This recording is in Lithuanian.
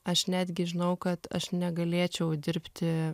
aš netgi žinau kad aš negalėčiau dirbti